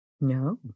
No